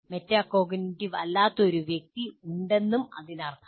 metacognitive അല്ലാത്ത ഒരു വ്യക്തി ഉണ്ടെന്നും ഇതിനർത്ഥം